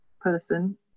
person